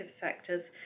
sectors